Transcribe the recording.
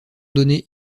donnée